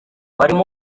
barimo